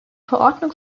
verordnung